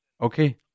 Okay